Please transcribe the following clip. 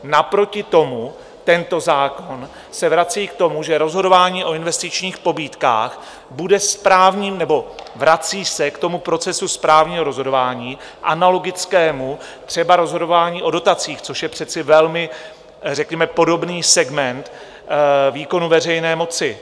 Naproti tomu tento zákon se vrací k tomu, že rozhodování o investičních pobídkách bude správním, nebo vrací se k procesu správního rozhodování, analogickému třeba rozhodování o dotacích, což je přece velmi řekněme podobný segment výkonu veřejné moci.